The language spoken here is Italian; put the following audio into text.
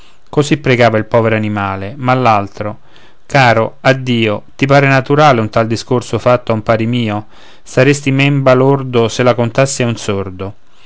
così pregava il povero animale ma l'altro caro addio ti pare naturale un tal discorso fatto a un pari mio saresti men balordo se la contassi a un sordo